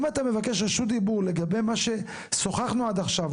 אם אתה מבקש רשות דיבור לגבי מה ששוחחנו עד עכשיו,